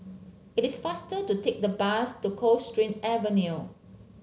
it is faster to take the bus to Coldstream Avenue